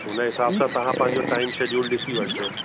हुन हिसाब सां तव्हां पंहिंजो टाइम शेड्यूल ॾिसी वठिजो